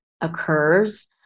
occurs